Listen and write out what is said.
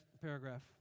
paragraph